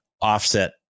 offset